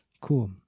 Cool